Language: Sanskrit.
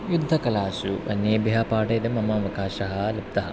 युद्धकलासु अन्येभ्यः पाठयन्ति मम अवकाशः लब्धः